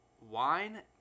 wine